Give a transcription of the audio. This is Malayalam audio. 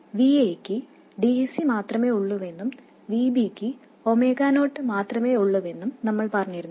Va ക്ക് dc മാത്രമേ ഉള്ളുവെന്നും Vb ക്ക് ഒമേഗ നോട്ട് മാത്രമേ ഉള്ളുവെന്നും നമ്മൾ പറഞ്ഞിരുന്നു